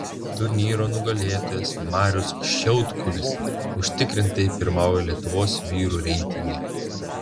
turnyro nugalėtojas marius šiaudkulis užtikrintai pirmauja lietuvos vyrų reitinge